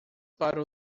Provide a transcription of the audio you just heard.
para